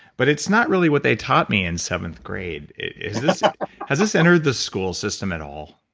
but it's not really what they taught me in seventh grade. has this entered the school system at all?